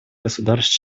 государств